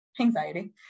anxiety